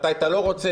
מתי אתה לא רוצה,